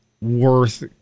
worth